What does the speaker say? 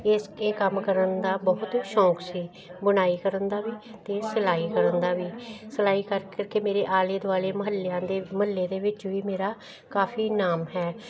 ਇਸ ਇਹ ਕੰਮ ਕਰਨ ਦਾ ਬਹੁਤ ਸ਼ੌਕ ਸੀ ਬੁਣਾਈ ਕਰਨ ਦਾ ਵੀ ਅਤੇ ਸਿਲਾਈ ਕਰਨ ਦਾ ਵੀ ਸਿਲਾਈ ਕਰ ਕਰ ਕੇ ਮੇਰੇ ਆਲੇ ਦੁਆਲੇ ਮਹੱਲਿਆਂ ਦੇ ਮਹੱਲੇ ਦੇ ਵਿੱਚ ਵੀ ਮੇਰਾ ਕਾਫੀ ਨਾਮ ਹੈ